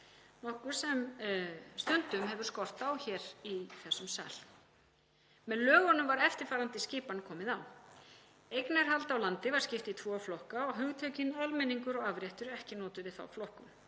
nokkuð sem stundum hefur skort á hér í þessum sal. Með lögunum var eftirfarandi skipan komið á: Eignarhaldi á landi var skipt í tvo flokka og hugtökin almenningur og afréttur ekki notuð við þá flokkun.